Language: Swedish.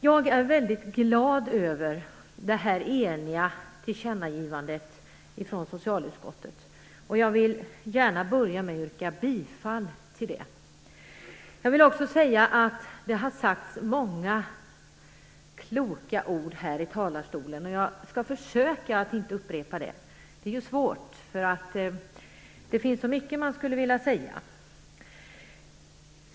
Jag är väldigt glad över det eniga tillkännagivandet från socialutskottet, och jag vill gärna börja med att yrka bifall till det. Det har sagts många kloka ord här i talarstolen, och jag skall försöka att inte upprepa dem. Det är svårt, för det finns så mycket man skulle vilja säga.